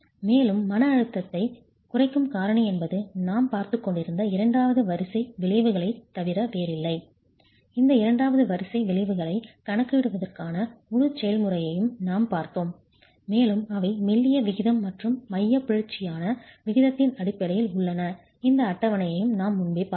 மேலும் மன அழுத்தத்தைக் குறைக்கும் காரணி என்பது நாம் பார்த்துக் கொண்டிருந்த இரண்டாவது வரிசை விளைவுகளைத் தவிர வேறில்லை இந்த இரண்டாவது வரிசை விளைவுகளைக் கணக்கிடுவதற்கான முழு செயல்முறையையும் நாம் பார்த்தோம் மேலும் அவை மெல்லிய விகிதம் மற்றும் மையப் பிறழ்ச்சியான விகிதத்தின் அடிப்படையில் உள்ளன இந்த அட்டவணையை நாம் முன்பே பார்த்தோம்